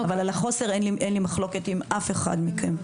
אבל על החוסר אין לי מחלוקת עם אף אחד מכם.